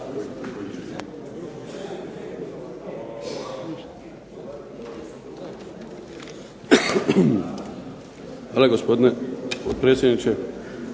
Hvala gospodine potpredsjedniče.